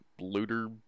looter